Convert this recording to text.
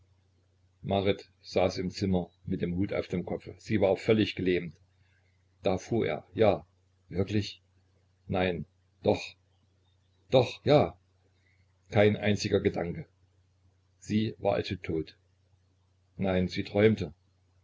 saß im zimmer mit dem hut auf dem kopfe sie war völlig gelähmt da fuhr er ja wirklich nein doch doch ja kein einziger gedanke sie war also tot nein sie träumte